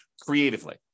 creatively